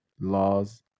Laws